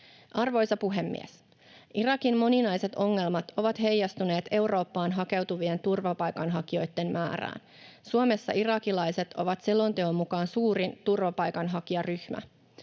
Arvoisa puhemies! Irakin moninaiset ongelmat ovat heijastuneet Eurooppaan hakeutuvien turvapaikanhakijoitten määrään. Suomessa irakilaiset ovat selonteon mukaan suurin turvapaikanhakijaryhmä.